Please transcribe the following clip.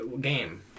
game